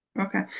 okay